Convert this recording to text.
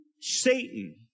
Satan